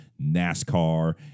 NASCAR